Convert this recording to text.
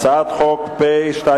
הצעת חוק פ/2426,